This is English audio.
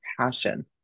passion